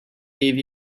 gave